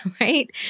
right